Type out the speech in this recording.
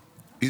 תלונה,